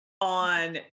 on